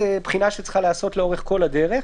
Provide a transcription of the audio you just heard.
זאת בחינה שצריכה להיעשות לאורך כל הדרך.